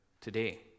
today